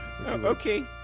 Okay